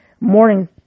morning